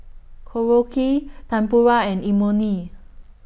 Korokke Tempura and Imoni